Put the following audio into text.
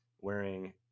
wearing